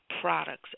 Products